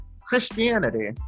Christianity